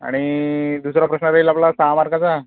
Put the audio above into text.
आणि दुसरा प्रश्न राहील आपला सहा मार्काचा